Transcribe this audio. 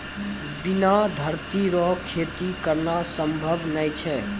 बिना धरती रो खेती करना संभव नै छै